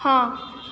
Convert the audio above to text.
ہاں